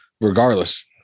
regardless